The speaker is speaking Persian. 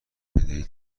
بدهی